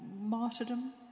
Martyrdom